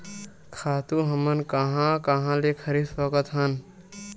खातु हमन कहां कहा ले खरीद सकत हवन?